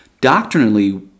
Doctrinally